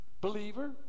Believer